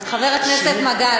חבר הכנסת מגל,